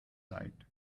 night